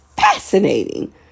fascinating